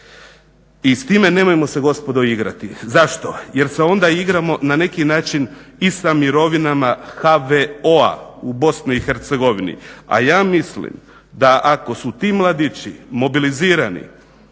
I s time nemojmo se gospodo igrati. Zašto? Jer se onda igramo na neki način i sa mirovinama HVO-a u BiH, a ja mislim da ako su ti mladići "mobilizirani"